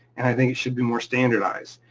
and i think it should be more standardized.